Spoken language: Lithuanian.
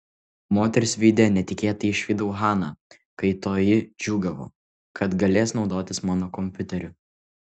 moters veide netikėtai išvydau haną kai toji džiūgavo kad galės naudotis mano kompiuteriu